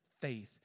faith